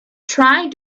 try